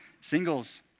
Singles